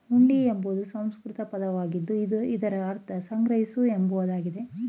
ಹುಂಡಿ ಎಂಬುದು ಸಂಸ್ಕೃತ ಪದವಾಗಿದ್ದು ಇದರ ಅರ್ಥ ಸಂಗ್ರಹಿಸು ಎಂಬುದಾಗಿದೆ